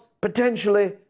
potentially